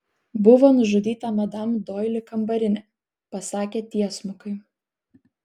buvo nužudyta madam doili kambarinė pasakė tiesmukai